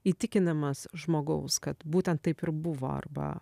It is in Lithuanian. įtikinimas žmogaus kad būtent taip ir buvo arba